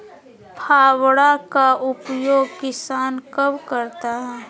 फावड़ा का उपयोग किसान कब करता है?